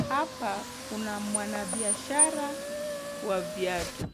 Hapa kuna mwanabiashara wa viatu.